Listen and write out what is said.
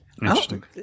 Interesting